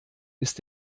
ist